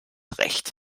recht